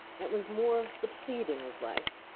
and was more the pleading of life,